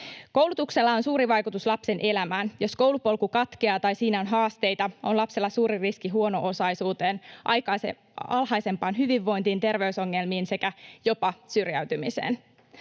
Koulutuksella on suuri vaikutus lapsen elämään. Jos koulupolku katkeaa tai siinä on haasteita, on lapsella suuri riski huono-osaisuuteen, alhaisempaan hyvinvointiin, terveysongelmiin sekä jopa syrjäytymiseen.